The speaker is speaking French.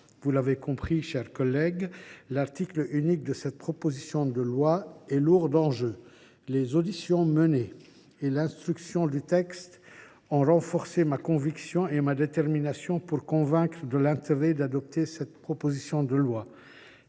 Vous l’avez compris, mes chers collègues, l’article unique de cette proposition de loi est lourd d’enjeux. Les auditions menées et l’instruction du texte ont renforcé ma conviction et ma détermination à vous convaincre de l’intérêt d’adopter cette proposition de loi.